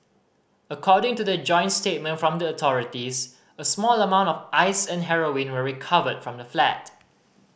according to the joint statement from the authorities a small amount of ice and heroin were recovered from the flat